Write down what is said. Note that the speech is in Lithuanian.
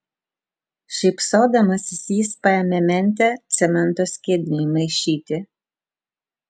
šypsodamasis jis paėmė mentę cemento skiediniui maišyti